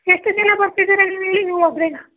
ಎಷ್ಟು ಜನ ಬರ್ತಿದ್ದೀರ ನೀವು ಹೇಳಿ ನೀವು ಒಬ್ಬರೇನ